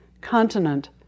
continent